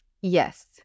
Yes